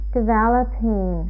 developing